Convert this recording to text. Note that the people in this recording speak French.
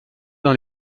dans